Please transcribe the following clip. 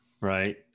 right